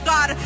God